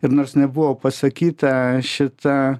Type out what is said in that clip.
ir nors nebuvo pasakyta šita